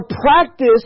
practice